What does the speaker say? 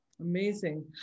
Amazing